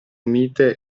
mite